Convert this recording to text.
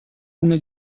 una